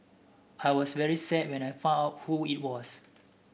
I was very sad when I found out who it was